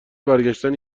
برگشتن